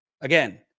Again